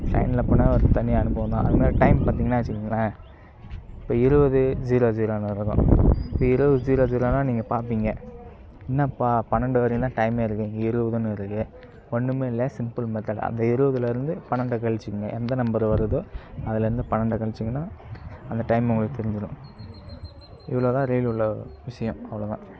ட்ரெயின்ல போனால் ஒரு தனி அனுபவம் தான் அதேமாதிரி டைம் பார்த்திங்கன்னா வச்சிங்களேன் இப்போ இருபது ஜீரோ ஜீரோன்னு இருக்கும் இப்போ இருபது ஜீரோ ஜீரோனா நீங்கள் பார்ப்பீங்க என்னப்பா பன்னெண்டு வரைக்கும் தான் டைமே இருக்குது இங்கே இருபதுன்னு இருக்குது ஒன்றுமே இல்லை சிம்பிள் மெத்தட் அந்த இருபதுலருந்து பன்னெண்டு கழிச்சிக்கோங்க எந்த நம்பர் வருதோ அதுலயிருந்து பன்னெண்டு கழிச்சிங்கன்னா அந்த டைம் உங்களுக்கு தெரிஞ்சிடும் இவ்வளோதான் ட்ரெயின்ல உள்ள விஷயம் அவ்வளோதான்